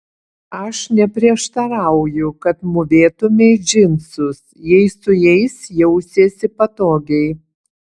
aš neprieštarauju kad mūvėtumei džinsus jei su jais jausiesi patogiai